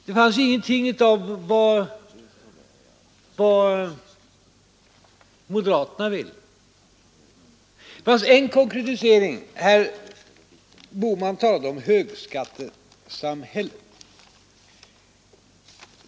Där fanns ingenting om vad moderaterna vill. Där fanns en konkretisering. Herr Bohman talade om högskattesamhället.